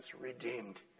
redeemed